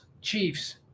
Chiefs